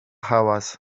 hałas